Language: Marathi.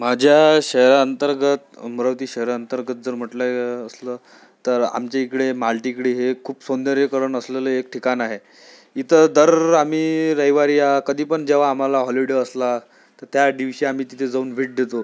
माझ्या शहाअंतर्गतअमरावती शहराअंतर्गत जर म्हटलं असलं तर आमच्याइकडे मालटेकडी हे खूप सौंदर्यीकरण असलेलं एक ठिकाण आहे इथं दर आम्ही रविवारी या कधीपण जेव्हा आम्हाला हॉलीडे असला तर त्यादिवशी आम्ही तिथे जाऊन भेट देतो